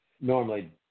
normally